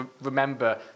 remember